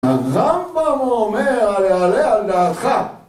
הרמב"ם אומר היעלה על דעתך